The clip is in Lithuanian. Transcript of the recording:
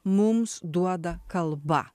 mums duoda kalba